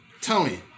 Tony